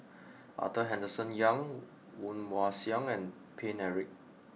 Arthur Henderson Young Woon Wah Siang and Paine Eric